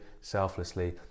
selflessly